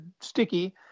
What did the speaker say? sticky